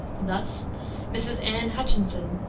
thus mrs. anne hutchinson,